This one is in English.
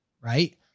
right